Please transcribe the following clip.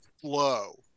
flow